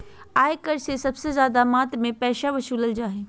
आय कर से सबसे ज्यादा मात्रा में पैसा वसूलल जा हइ